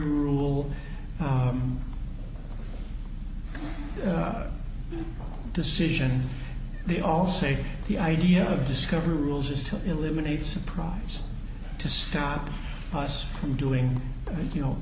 rule decision they all say the idea of discovery rules is to eliminate surprise to stop us from doing it you know